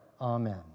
Amen